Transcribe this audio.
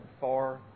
far